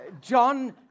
John